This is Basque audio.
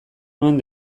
nuen